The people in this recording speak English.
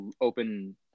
open